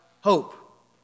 hope